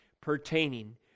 pertaining